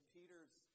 Peter's